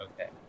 Okay